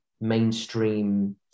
mainstream